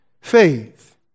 faith